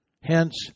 Hence